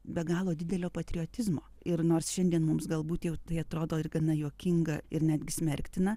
be galo didelio patriotizmo ir nors šiandien mums galbūt jau tai atrodo ir gana juokinga ir netgi smerktina